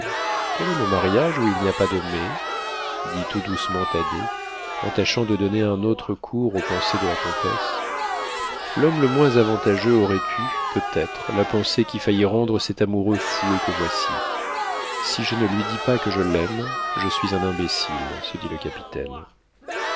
quel est le mariage où il n'y a pas de mais dit tout doucement thaddée en tâchant de donner un autre cours aux pensées de la comtesse l'homme le moins avantageux aurait eu peut-être la pensée qui faillit rendre cet amoureux fou et que voici si je ne lui dis pas que je l'aime je suis un imbécile se dit le capitaine